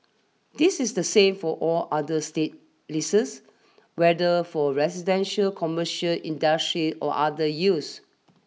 this is the same for all other state leases whether for residential commercial industry or other use